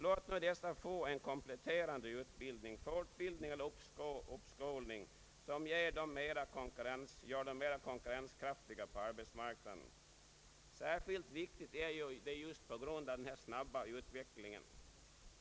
Låt nu dessa få en kompletterande utbildning, fortbildning eller uppskolning som gör dem mera konkurrenskraftiga på arbetsmarknaden. Särskilt viktigt är detta just på grund av den snabba utvecklingen.